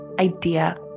idea